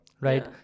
right